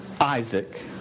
Isaac